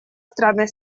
страны